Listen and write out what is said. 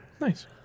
Nice